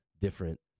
different